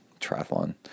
triathlon